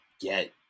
get